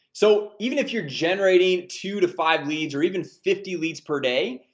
so even if you're generating two to five leads, or even fifty leads per day,